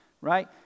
right